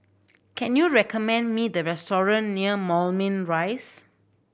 can you recommend me the restaurant near Moulmein Rise